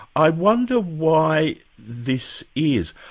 i wonder why this is?